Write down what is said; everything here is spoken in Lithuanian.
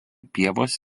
pievos